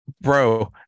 bro